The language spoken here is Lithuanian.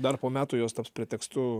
dar po metų jos taps pretekstu